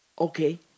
Okay